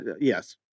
Yes